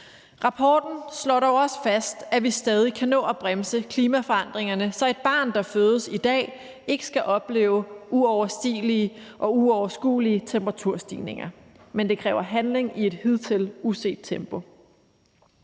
Rapporten slår dog også fast, at vi stadig kan nå at bremse klimaforandringerne, så et barn, der fødes i dag, ikke skal opleve uoverstigelige og uoverskuelige temperaturstigninger, men det kræver handling i et hidtil uset tempo.